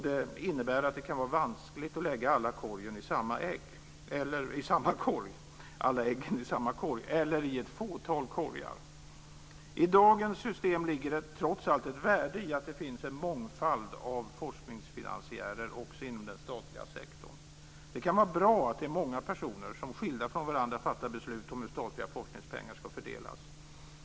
Det innebär att det kan vara vanskligt att lägga alla äggen i samma korg, eller i ett fåtal korgar. I dagens system ligger det trots allt ett värde i att det finns en mångfald av forskningsfinansiärer också inom den statliga sektorn. Det kan vara bra att det är många personer som, skilda från varandra, fattar beslut om hur statliga forskningspengar ska fördelas.